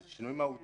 זה שינוי מהותי.